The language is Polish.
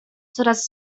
coraz